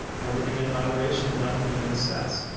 everything in moderation, nothing in excess.